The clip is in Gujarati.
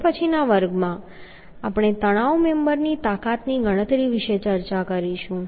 હવે પછીના વર્ગમાં આપણે તણાવ મેમ્બરની તાકાતની ગણતરી વિશે ચર્ચા કરીશું